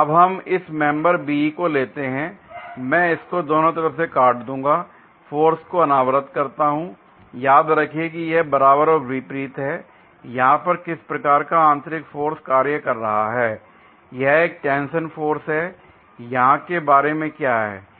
अब हम इस मेंबर BE को लेते हैं l मैं इसको दोनों तरफ से काट दूंगा फोर्स को अनावृत करता हूं याद रखें कि यह बराबर और विपरीत हैं l यहां पर किस प्रकार का आंतरिक फोर्स कार्य कर रहा है यह एक टेंशन फोर्स है l यहां के बारे में क्या है